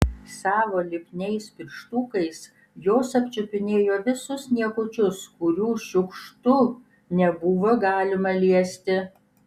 savo lipniais pirštukais jos apčiupinėjo visus niekučius kurių šiukštu nebuvo galima liesti